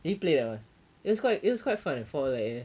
did you play that one it was quite it was quite fun for like